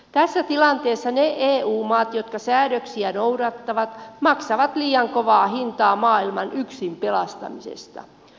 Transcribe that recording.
tässä tilanteessa ne eu maat jotka säädöksiä noudattavat maksavat liian kovaa hintaa maailman yksin pelastamisesta